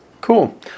Cool